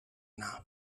now